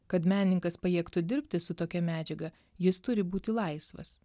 kad menininkas pajėgtų dirbti su tokia medžiaga jis turi būti laisvas